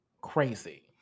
crazy